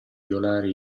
violare